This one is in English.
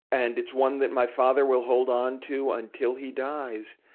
and it's one that my father will hold on to until he dies,